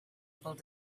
able